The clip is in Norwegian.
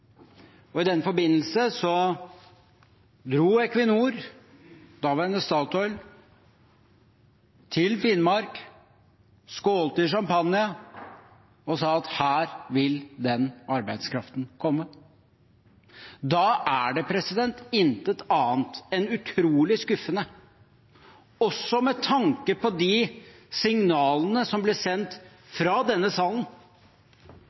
I den forbindelse dro Equinor – daværende Statoil – til Finnmark, skålte i champagne og sa at her vil den arbeidskraften komme. Da er det intet annet enn utrolig skuffende, også med tanke på de signalene som ble sendt fra denne salen,